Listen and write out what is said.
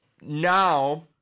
now